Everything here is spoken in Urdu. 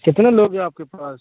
کتنے لوگ ہیں آپ کے پاس